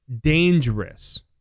dangerous